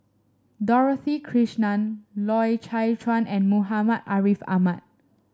Dorothy Krishnan Loy Chye Chuan and Muhammad Ariff Ahmad